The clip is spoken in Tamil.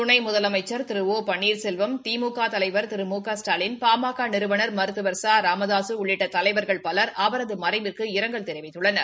துணை முதலமைச்ச் திரு ஓ பன்னீாசெல்வம் திமுக தலைவர் திரு மு க ஸ்டாலின் பாமக நிறுவனா் மருத்துவா் ச ராமதாசு உள்ளிட்ட தலைவா்கள் பலர் அவரது மறைவுக்கு இரங்கல் தெரிவித்துள்ளனர்